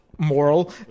moral